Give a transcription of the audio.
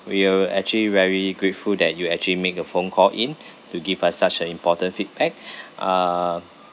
we were actually very grateful that you actually make your phone call in to give us such an important feedback ah